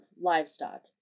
livestock